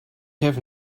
have